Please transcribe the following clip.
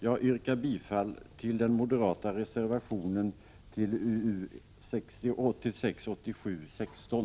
Jag yrkar bifall till den moderata reservationen till utrikesutskottets betänkande UU 1986/87:16.